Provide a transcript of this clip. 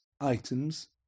items